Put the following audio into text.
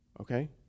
Okay